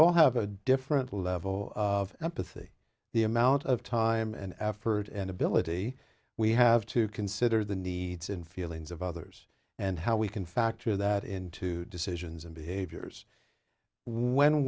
all have a different level of empathy the amount of time and effort and ability we have to consider the needs and feelings of others and how we can factor that into decisions and behaviors when